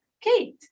Kate